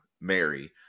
Mary